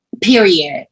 period